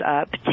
up